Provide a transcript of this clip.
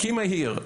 'קימה הייר',